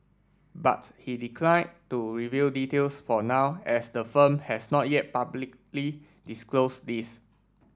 but he decline to reveal details for now as the firm has not yet publicly disclosed these